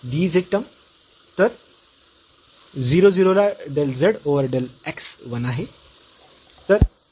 dz term तर 0 0 ला del z over del x 1 आहे आणि हे तिथे 2 होते